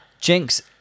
Jinx